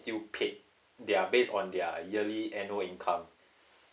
you paid they are based on their yearly annual income